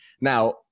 Now